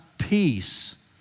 peace